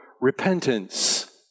repentance